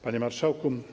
Panie Marszałku!